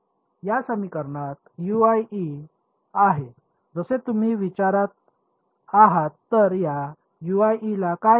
या समीकरणात आहे जसे तुम्ही विचारत आहात तर या ला काय होईल